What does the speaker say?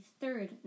third